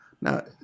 Now